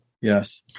Yes